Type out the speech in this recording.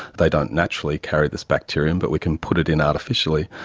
they don't naturally carry this bacterium but we can put it in artificially.